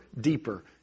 deeper